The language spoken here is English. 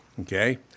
Okay